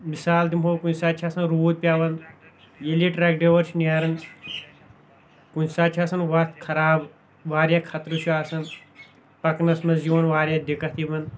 مِثال دِمہو بہٕ کنہِ ساتہٕ چھ آسان روٗد پیوان ییٚلہِ یہِ ٹریک ڈرایور چھُ نیران کُنہِ ساتہٕ چھِ آسان وَتھ خراب واریاہ خطرٕ چھُ آسان پَکنس منٛز یِوان واریاہ دِکت یِمن